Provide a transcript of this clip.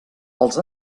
els